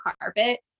carpet